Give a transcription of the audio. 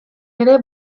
ere